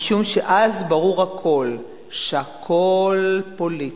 משום שאז ברור הכול, שהכול פוליטי,